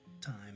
time